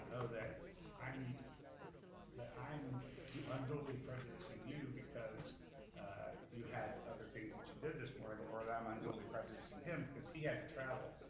that i'm and that i'm unduly prejudicing you because you had other things that you did this morning, or that i'm unduly prejudicing him because he had to travel.